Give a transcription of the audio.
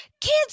kids